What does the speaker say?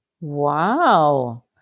Wow